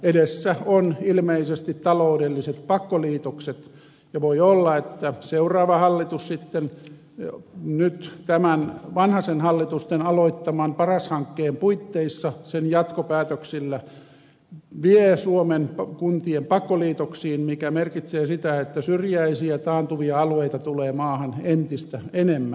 edessä ovat ilmeisesti taloudelliset pakkoliitokset ja voi olla että seuraava hallitus sitten nyt vanhasen hallitusten aloittaman paras hankkeen puitteissa sen jatkopäätöksillä vie suomen kuntien pakkoliitoksiin mikä merkitsee sitä että syrjäisiä taantuvia alueita tulee maahan entistä enemmän